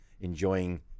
enjoying